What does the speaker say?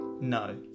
no